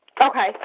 Okay